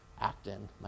actin